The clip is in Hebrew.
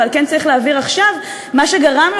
אבל אני רואה שהייתה דעת מיעוט,